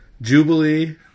Jubilee